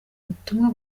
ubutumwa